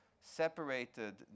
separated